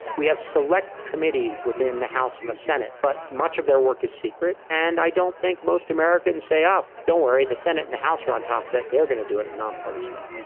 we have select committees within the house and the senate, but much of their work is secret. and i don't think most americans say oh, don't worry the senate in the house are on top that, they're going to do it a nonpartisan way.